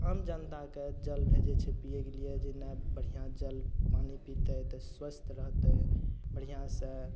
आम जनताके जल भेजय छै पीयै केलिये जाहिमे बढ़िआँ जल पानि पीतय तऽ स्वस्थ रहतय बढ़िआँसँ